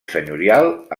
senyorial